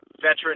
veteran